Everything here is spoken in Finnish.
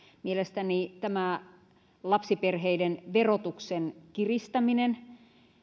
mielestäni tämä lapsiperheiden verotuksen kiristäminen